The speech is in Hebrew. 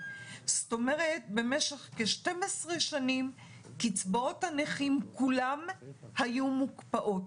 זאת אומרת: במשך כ-12 שנים קצבאות הנכים כולן היו מוקפאות.